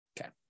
Okay